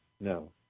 No